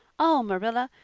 oh, marilla,